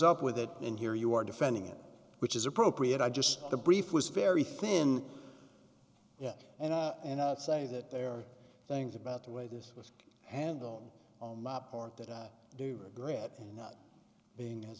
up with it and here you are defending him which is appropriate i just the brief was very thin yes and i'd say that there are things about the way this was handled on my part that i do regret not being as